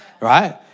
right